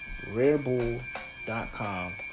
rarebull.com